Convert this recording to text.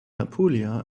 apulia